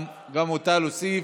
גם אותה להוסיף,